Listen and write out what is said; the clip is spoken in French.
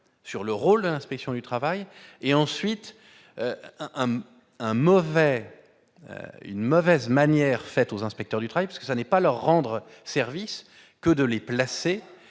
sur le rôle de l'inspection du travail et ensuite un mauvais une mauvaise manière faite aux inspecteurs du travail, parce que ça n'est pas leur rendre service que de les placer